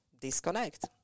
disconnect